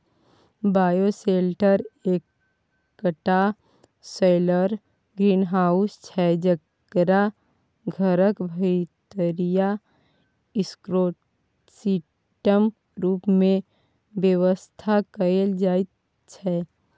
bioshelter एकटा solar greenhouse छै जकरा घरक भीतरीया इकोसिस्टम रुप मे बेबस्था कएल जाइत छै